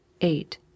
eight